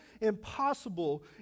impossible